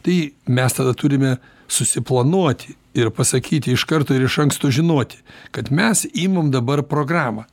tai mes tada turime susiplanuoti ir pasakyti iš karto ir iš anksto žinoti kad mes imam dabar programą